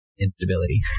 instability